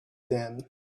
them